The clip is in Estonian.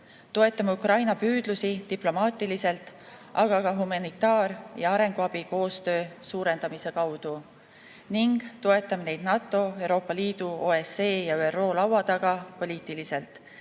toetame Ukraina püüdlusi diplomaatiliselt, aga ka humanitaar‑ ja arenguabi koostöö suurendamise kaudu ning toetame neid NATO, Euroopa Liidu, OSCE ja ÜRO laua taga poliitiliselt.